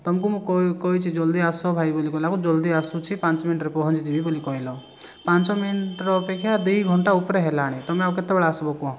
ତମକୁ ମୁଁ କଇ କଇଛି ଜଲଦି ଆସ ଭାଇ ବୋଲି କହିଲାରୁ ଜଲ୍ଦି ଆସୁଛି ପାଞ୍ଚମିନିଟ୍ରେ ପହଞ୍ଚିଯିବି ବୋଲି କହିଲ ପାଞ୍ଚମିନିଟ୍ର ଅପେକ୍ଷା ଦିଘଣ୍ଟା ଉପରେ ହେଲାଣି ତମେ ଆଉ କେତେବେଳେ ଆସିବ କୁହ